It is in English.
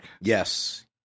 Yes